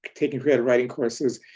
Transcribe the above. taking creative writing courses.